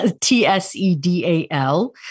T-S-E-D-A-L